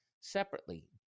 separately